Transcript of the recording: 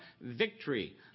victory